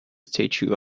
statue